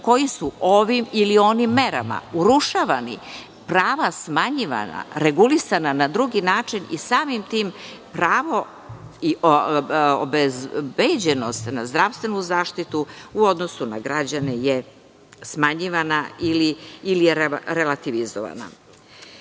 koji su ovim ili onim merama urušavani, prava smanjivanja, regulisana na drugi način i samim tim pravo na obezbeđenu zdravstvenu zaštitu u odnosu na građane je smanjivana ili je relativizovana. Kada